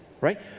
right